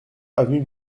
avenue